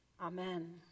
Amen